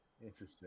interesting